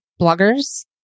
bloggers